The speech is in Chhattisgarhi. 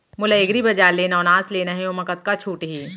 मोला एग्रीबजार ले नवनास लेना हे ओमा कतका छूट हे?